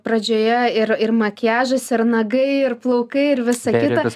pradžioje ir ir makiažas ir nagai ir plaukai ir visa kita